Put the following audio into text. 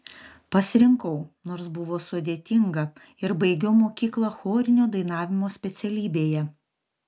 pasirinkau nors buvo sudėtinga ir baigiau mokyklą chorinio dainavimo specialybėje